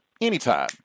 Anytime